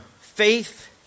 faith